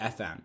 FM